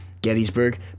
Gettysburg